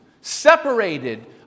Separated